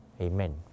amen